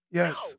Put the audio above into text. yes